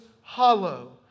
hollow